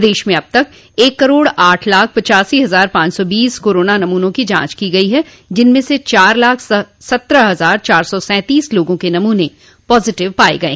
प्रदेश में अब तक एक करोड़ आठ लाख पिच्चासी हजार पांच सौ बीस कोरोना नमूनों की जांच की गई है जिनमें से चार लाख सत्रह हजार चार सौ सैंतीस लोगों के नमूने पॉजिटिव पाये गये